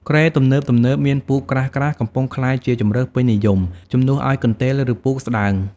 គ្រែទំនើបៗមានពូកក្រាស់ៗ កំពុងក្លាយជាជម្រើសពេញនិយម ជំនួសឱ្យកន្ទេល ឬពូកស្តើង។